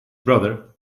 brother